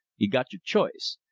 you got your ch'ice.